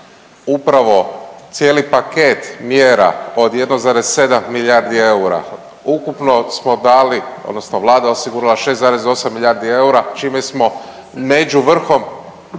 upravo cijeli paket mjera od 1,7 milijardi eura, ukupno smo dali odnosno Vlada je osigurala 6,8 milijardi eura, čime smo među vrhom